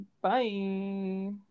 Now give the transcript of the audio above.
bye